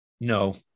No